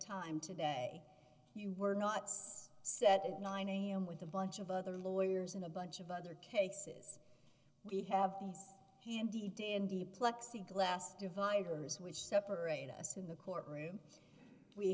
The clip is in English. time today you were knots set at nine am with a bunch of other lawyers in a bunch of other cases we have these handy dandy plexiglas dividers which separate us in the courtroom we